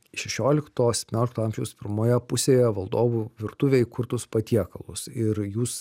šešiolikto septyniolikto amžiaus pirmoje pusėje valdovų virtuvėj kurtus patiekalus ir jūs